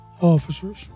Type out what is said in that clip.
officers